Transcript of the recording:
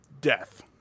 death